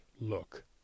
look